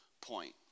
point